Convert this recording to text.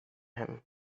him